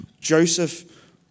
Joseph